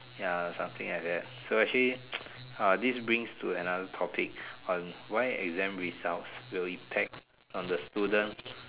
ya something like that so actually ah this bring us to another topic on why exam results will impact on the students